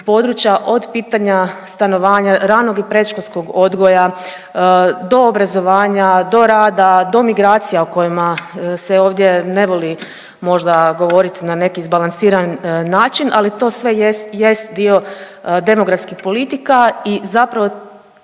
područja od pitanja stanovanja, ranog i predškolskog odgoja do obrazovanja, do rada, do migracija o kojima se ovdje ne voli možda govorit na neki izbalansiran način, ali to sve jest dio demografskih politika i zapravo